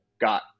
got